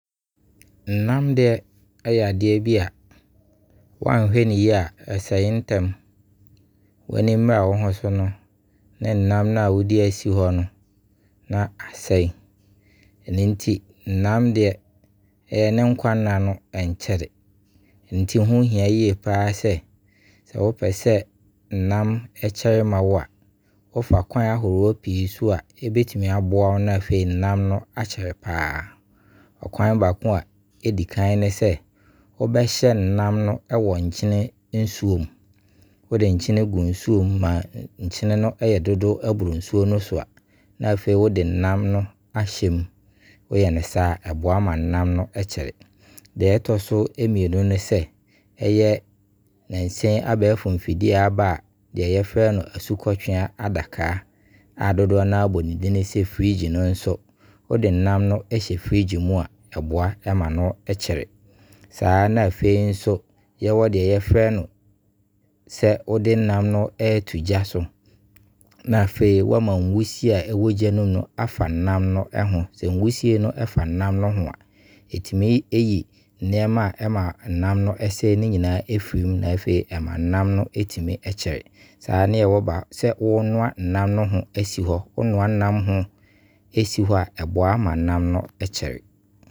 Nnam deɛ ɛyɛ adeɛ bi a, wɔanhwɛ ne yie a ɛsei ntɛm W'ani mmra wo ho so no ne nnam a wɔde asi hɔ no na asei. Ɛno nti, nnam deɛ ne nkwanna no ɛnkyɛrɛ. Nti ho hia yie paa sɛ, wɔpɛ sɛ nnam ɛkyɛrɛ ma wo a, wɔfa kwan ahoroɔ pii so a ɛbɛtumi aboa na afei nnam no akyɛrɛ paa. ɔkwan baako ɛdi kan ne sɛ, wɔbɛhyɛ nnam no ɛwɔ nkyene nsuo mu. Wo de nkyene gu nsuo mu ma nkyene no ɛyɛ dodo boro nsuo no so a, na afei wo de nnam no ahyɛ mu. Wo yɛ no saa a, ɛboa ma nnam no kyɛrɛ. Deɛ ɛtɔ so mmienu ne sɛ, ɛyɛ nansa yi abɛɛfo mfidie a aba a, deɛ yɛfrɛ no asukɔtwean adakaa a dodoɔ no a bɔ ne din sɛ 'fridge' no ma no kyɛrɛ. Saa nso na afei nso, yɛwɔ deɛ yɛfrɛ no sɛ, wo de nnam no ɛto gya so. Na afei wɔama nwusie a ɛwɔ gya no mu no afa nnam no ho. Nwusie ɛfa nnam no ho a, ɛtumi yi nneɛma a ɛma nnam no sɛie no nyinaa firi mu Na afei ɛma nnam no ɛtumi ɛkyɛrɛ. Saa ne yɛwɔ baako, sɛ wo noa nnam no ho asi hɔ. Wo noa nnam no si hɔ a, ɛboa ma nnam no ɛkyɛrɛ.